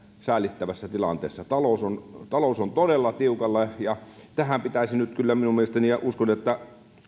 säälittävässä tilanteessa talous on talous on todella tiukalla tähän pitäisi nyt kyllä minun mielestäni ja uskon että